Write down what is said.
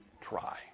try